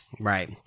Right